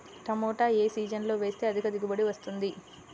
టమాటా ఏ సీజన్లో వేస్తే అధిక దిగుబడి వస్తుంది?